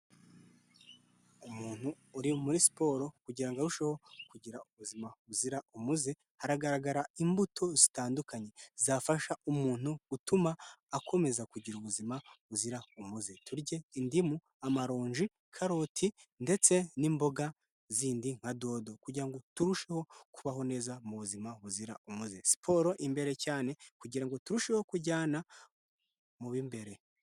Umuntu uri muri siporo kugira ngo arusheho kugira ubuzima buzira umuze, hagaragara imbuto zitandukanye zafasha umuntu gutuma akomeza kugira ubuzima buzira umuze, turye indimu, amaronji, karoti ndetse n'imboga zindi nka dodo, kugira ngo turusheho kubaho neza mu buzima buzira umuze. Siporo imbere cyane, kugira ngo turusheho kujyana mu b'imbere.